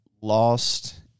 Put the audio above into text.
lost